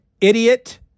idiot